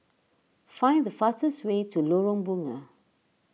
find the fastest way to Lorong Bunga